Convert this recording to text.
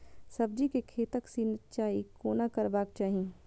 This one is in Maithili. सब्जी के खेतक सिंचाई कोना करबाक चाहि?